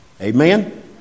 Amen